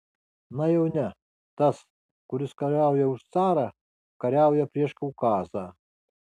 na jau ne tas kuris kariauja už carą kariauja prieš kaukazą